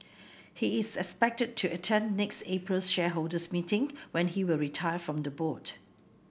he is expected to attend next April's shareholders meeting when he will retire from the board